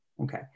Okay